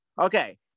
okay